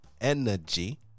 energy